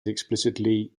explicitly